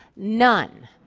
none.